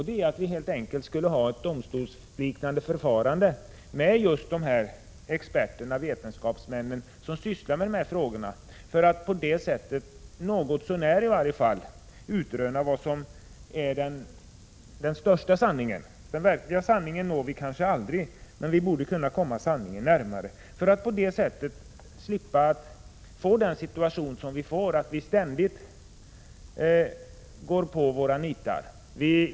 Det innebär att man skulle ha ett domstolsliknande förfarande när det gäller just de experter och vetenskapsmän som sysslar med dessa frågor för att på det sättet försöka utröna vad som är den största sanningen — den verkliga sanningen når vi kanske aldrig, men vi borde kunna komma sanningen närmare. Därigenom skulle vi slippa få den situation som nu råder, dvs. att vi ständigt går på nitar.